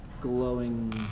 glowing